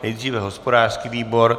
Nejdříve hospodářský výbor.